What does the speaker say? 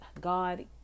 God